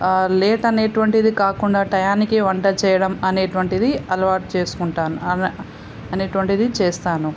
late అనేటువంటిది కాకుండా టయానికి వంట చేయడం అనేటువంటిది అలవాటు చేసుకుంటాను అన్ అనేటువంటిది చేస్తాను